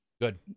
Good